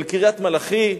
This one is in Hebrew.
אל קריית-מלאכי,